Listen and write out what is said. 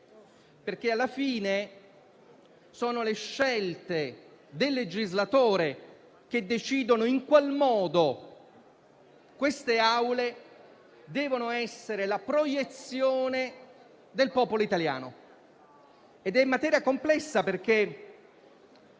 diritto. Alla fine sono le scelte del legislatore che decidono in quale modo queste Assemblee devono essere la proiezione del popolo italiano. È materia complessa, perché